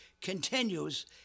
continues